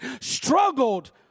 struggled